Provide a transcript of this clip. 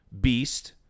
Beast